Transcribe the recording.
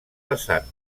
vessant